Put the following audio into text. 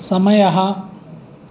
समयः